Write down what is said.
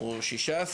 - או 16,